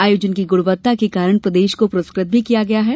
आयोजन की गुणवत्ता के कारण प्रदेश को पुरस्कृत भी किया है